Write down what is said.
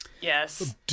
Yes